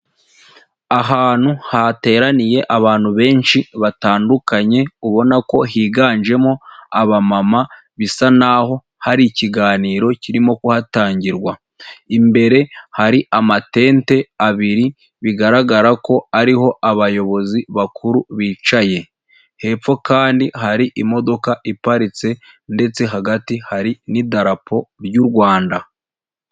Ahantu hateraniye abantu benshi batandukanye ubona ko higanjemo abamama, bisa naho hari ikiganiro kirimo kuhatangirwa, imbere hari amatente abiri bigaragara ko ariho abayobozi bakuru bicaye, hepfo kandi hari imodoka iparitse ndetse hagati hari n'idarapo ry'u Rwanda.